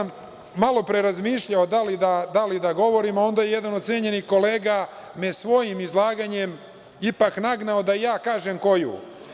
Malopre sam razmišljao da li da govorim, a onda me je jedan cenjeni kolega svojim izlaganjem ipak nagnao da i ja kažem koju.